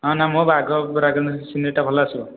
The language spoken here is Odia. ହଁ ସିନେରିଟା ଭଲ ଆସିବ